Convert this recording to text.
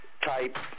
type